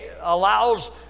allows